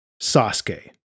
Sasuke